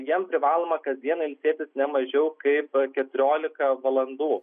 jiem privaloma kasdiena ilsėtis ne mažiau kaip keturiolika valandų